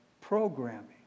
programming